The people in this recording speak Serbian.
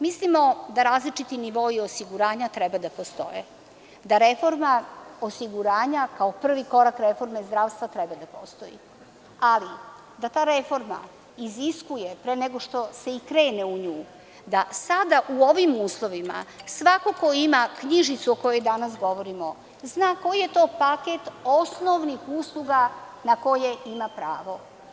Mislimo da različiti nivoi osiguranja treba da postoje, da reforma osiguranja kao prvi korak reforme zdravstva treba da postoji, ali da ta reforma iziskuje, pre nego što se i krene u nju, da sada u ovim uslovima svako ko ima knjižicu o kojoj danas govorimo zna koji je to paket osnovnih usluga na koje ima pravo.